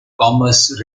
commerce